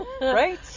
right